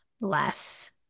bless